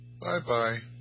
Bye-bye